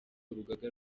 urugaga